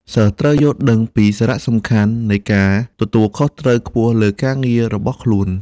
សិស្សត្រូវយល់ដឹងពីសារៈសំខាន់នៃការទទួលខុសត្រូវខ្ពស់លើការងាររបស់ខ្លួន។